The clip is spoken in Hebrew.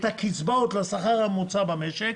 הקצבאות לשכר הממוצע במשק,